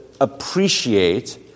appreciate